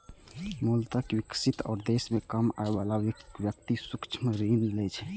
मूलतः विकासशील देश मे कम आय बला व्यक्ति सूक्ष्म ऋण लै छै